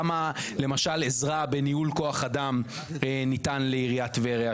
כמה למשל עזרה בניהול כוח אדם ניתן לעיריית טבריה,